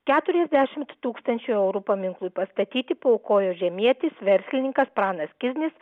keturiasdešimt tūkstančių eurų paminklui pastatyti paaukojo žemietis verslininkas pranas kiznis